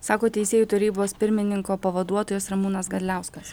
sako teisėjų tarybos pirmininko pavaduotojas ramūnas gadliauskas